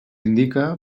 indica